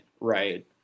Right